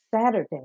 Saturday